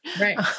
right